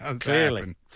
clearly